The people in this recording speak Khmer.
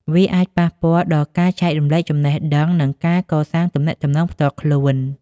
វាអាចប៉ះពាល់ដល់ការចែករំលែកចំណេះដឹង និងការកសាងទំនាក់ទំនងផ្ទាល់ខ្លួន។